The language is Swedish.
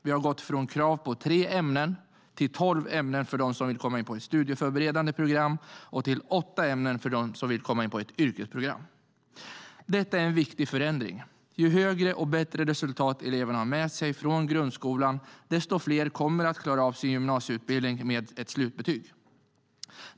Vi har gått från krav på godkända betyg i tre ämnen till tolv ämnen för dem som vill komma in på ett studieförberedande program och till åtta ämnen för dem som vill komma in på ett yrkesprogram. Det är en viktig förändring. Ju högre och bättre resultat eleverna har med sig från grundskolan, desto fler kommer att klara av sin gymnasieutbildning med ett slutbetyg.